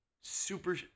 super